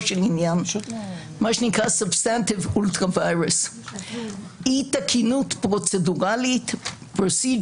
של עניין substantive ultra-vires; אי תקינות פרוצדורלית procedural